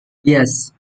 yes